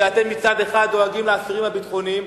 שאתם מצד אחד דואגים לאסירים הביטחוניים,